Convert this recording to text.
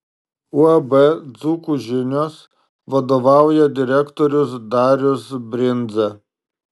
uab dzūkų žinios vadovauja direktorius darius brindza